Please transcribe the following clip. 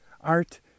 art